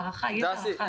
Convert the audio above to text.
ההערכה --- דסי,